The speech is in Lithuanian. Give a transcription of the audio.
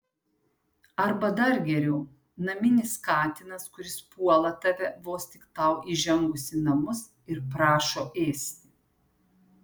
arba dar geriau naminis katinas kuris puola tave vos tik tau įžengus į namus ir prašo ėsti